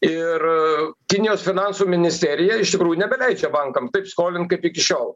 ir kinijos finansų ministerija iš tikrųjų nebeleidžia bankam taip skolint kaip iki šiol